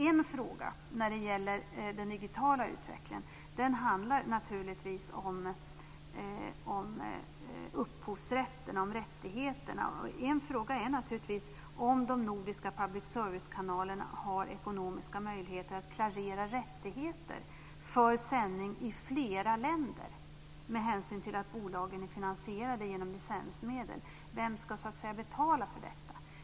En fråga när det gäller den digitala utvecklingen handlar naturligtvis om upphovsrätten, om rättigheterna. En fråga är om de nordiska public servicekanalerna har ekonomiska möjligheter att klarera rättigheter för sändning i flera länder med hänsyn till att bolagen är finansierade genom licensmedel. Vem ska betala för detta?